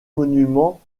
monument